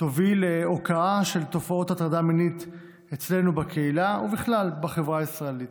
תוביל להוקעה של תופעות הטרדה מינית אצלנו בקהילה ובכלל בחברה הישראלית.